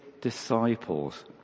disciples